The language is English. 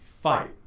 fight